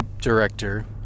director